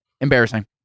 Embarrassing